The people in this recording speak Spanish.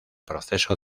proceso